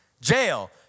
Jail